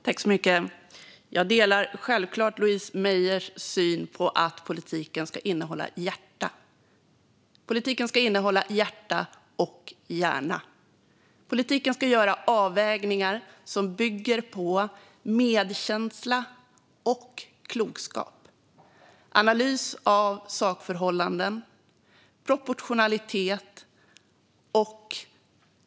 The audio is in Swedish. Herr talman! Jag delar självklart Louise Meijers syn att politiken ska innehålla hjärta. Politiken ska innehålla hjärta och hjärna. Politiken ska göra avvägningar som bygger på medkänsla, klokskap, analys av sakförhållanden och proportionalitet.